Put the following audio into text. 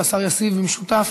השר ישיב במשותף